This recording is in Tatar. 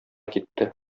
китте